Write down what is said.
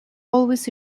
always